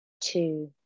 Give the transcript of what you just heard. two